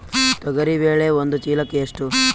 ತೊಗರಿ ಬೇಳೆ ಒಂದು ಚೀಲಕ ಎಷ್ಟು?